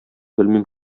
белмим